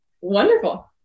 Wonderful